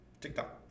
TikTok